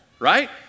Right